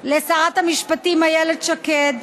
לשרת המשפטים איילת שקד,